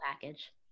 package